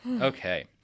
Okay